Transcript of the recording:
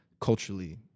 culturally